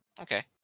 Okay